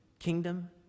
kingdom